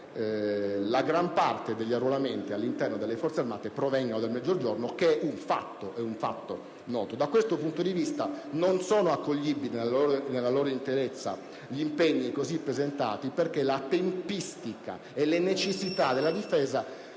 la gran parte degli arruolamenti all'interno delle Forze armate provenga dal Mezzogiorno, il che rappresenta un fatto noto. Da questo punto di vista, non sono dunque accoglibili nella loro interezza gli impegni così come presentati, perché la tempistica e le necessità della difesa